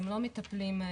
הם לא מטפלים בהם,